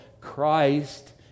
Christ